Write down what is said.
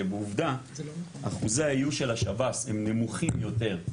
שבעובדה אחוזי האיוש של השב"ס הם נמוכים יותר,